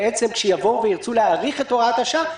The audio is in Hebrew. כשיבואו וירצו להאריך את הוראת השעה,